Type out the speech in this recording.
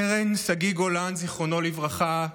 סרן שגיא גולן, זיכרונו לברכה,